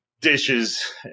dishes